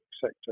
sector